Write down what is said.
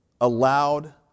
allowed